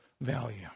value